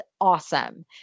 awesome